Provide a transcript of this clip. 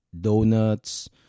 donuts